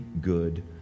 good